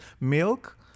milk